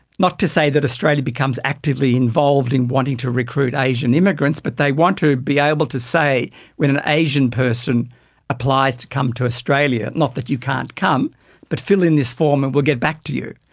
not to say that australia becomes actively involved in wanting to recruit asian immigrants but they want to be able to say when an asian person applies to come to australia not that you can't come but fill in this form and we'll get back to you.